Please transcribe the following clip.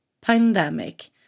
pandemic